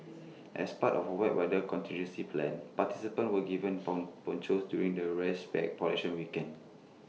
as part of wet weather contingency plans participants were given pong ponchos during the race pack collection weekend